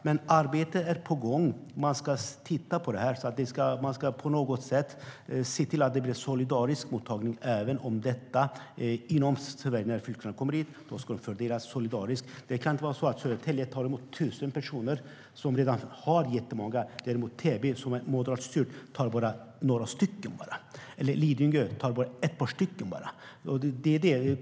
Men arbete är på gång, och man ska titta på detta och på något sätt se till att det blir en solidarisk mottagning inom Sverige, när flyktingarna kommer hit. De ska fördelas solidariskt. De ska inte vara så att Södertälje, som redan har många flyktingar, tar emot tusen personer, medan Täby, som är moderatstyrt, bara tar några och Lidingö bara tar ett par.